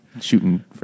shooting